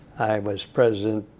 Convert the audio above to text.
i was president